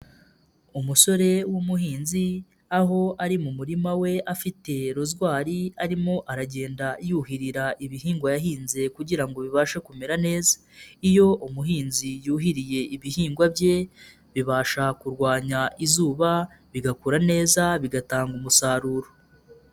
Umusore w'umuhinzi aho ari mu murima we afite ruswari arimo aragenda yuhirira ibihingwa yahinze kugira ngo bibashe kumera neza, iyo umuhinzi yuhiriye ibihingwa bye bibasha kurwanya izuba bigakura neza bigatanga umusaruro.